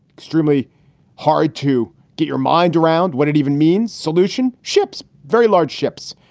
extremely hard to get your mind around what it even means. solution ships. very large ships.